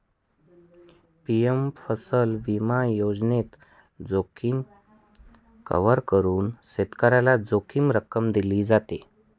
PM फसल विमा योजनेत, जोखीम कव्हर करून शेतकऱ्याला जोखीम रक्कम दिली जाते